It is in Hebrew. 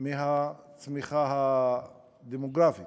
מהצמיחה הדמוגרפית,